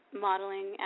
modeling